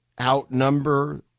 outnumber